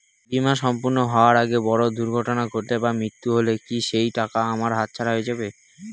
বীমা সম্পূর্ণ হওয়ার আগে বড় দুর্ঘটনা ঘটলে বা মৃত্যু হলে কি সেইটাকা আমার হাতছাড়া হয়ে যাবে?